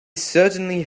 certainly